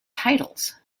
titles